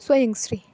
Swayamshree